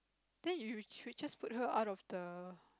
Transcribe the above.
then you should just put her out of the